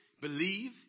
believe